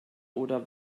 oder